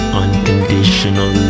unconditional